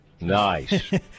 Nice